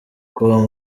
com